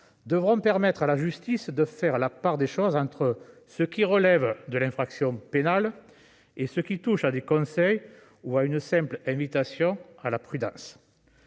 devront permettre à la justice de faire la part des choses entre ce qui relève de l'infraction pénale et ce qui constitue des conseils ou une simple invitation à la prudence.